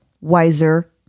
wiser